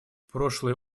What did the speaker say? прошлой